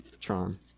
Tron